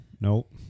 nope